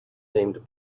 named